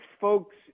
folks